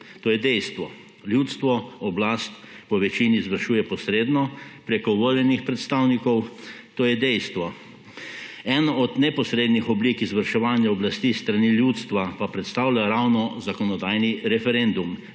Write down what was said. to je dejstvo. Ljudstvo oblast povečini izvršuje posredno, preko voljenih predstavnikov, to je dejstvo. Ena od neposrednih oblik izvrševanja oblasti s strani ljudstva pa predstavlja ravno zakonodajni referendum.